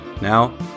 Now